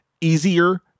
easier